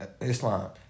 Islam